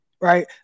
right